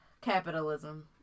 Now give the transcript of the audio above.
capitalism